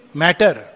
matter